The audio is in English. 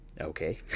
Okay